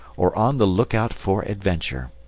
or on the look-out for adventure.